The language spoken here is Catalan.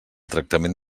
tractament